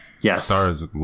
Yes